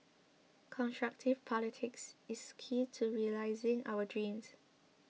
constructive politics is key to realising our dreams